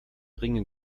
ringe